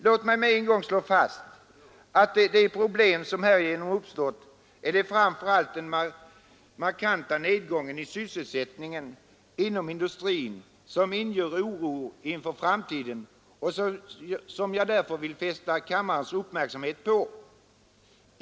Låt mig med en gång slå fast att av de problem som härigenom uppstår är det framför allt den markanta nedgången i sysselsättningen inom industrin som inger oro inför framtiden och som jag därför vill fästa kammarens uppmärksamhet på.